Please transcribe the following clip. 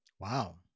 Wow